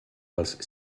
els